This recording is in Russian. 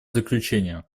заключение